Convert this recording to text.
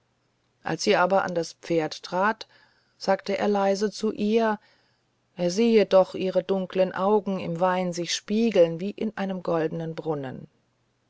als sie aber an das pferd trat sagte er leise zu ihr er sehe doch ihre dunkeln augen im wein sich spiegeln wie in einem goldnen brunnen